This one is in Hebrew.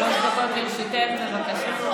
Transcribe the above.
שלוש דקות לרשותך, בבקשה.